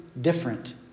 different